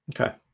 Okay